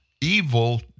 evil